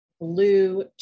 blue